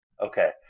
Okay